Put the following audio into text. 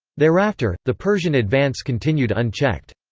thereafter, the persian advance continued unchecked.